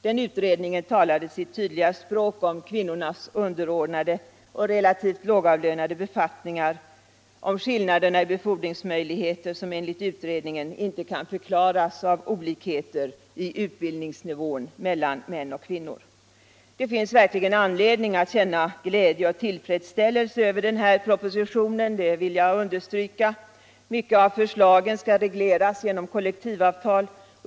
Den utredningen talade sitt tydliga språk om kvinnornas underordnade och relativt lågavlönade befattningar och om skillnaderna i befordringsmöjligheter, som enligt utredningen inte kan förklaras av olikheter i utbildningsnivån mellan män och kvinnor. Det finns verkligen anledning att känna glädje och tillfredsställelse över den här propositionen; det vill jag understryka. Många av förslagen skall regleras genom kollektivavtal.